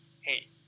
hey